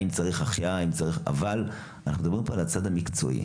האם צריך החייאה וכו' אבל אנחנו מדברים פה על הצד המקצועי.